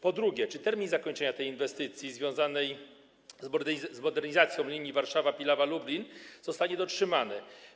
Po drugie: Czy termin zakończenia tej inwestycji związanej z modernizacją linii Warszawa - Pilawa - Lublin zostanie dotrzymany?